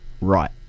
right